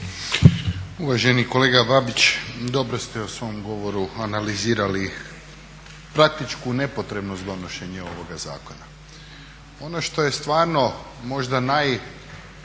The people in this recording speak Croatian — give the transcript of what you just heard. Uvaženi kolega Babić, dobro ste u svom govoru analizirali praktičku nepotrebnost donošenja ovoga zakona. Ono što je stvarno možda najviše